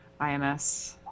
IMS